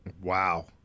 Wow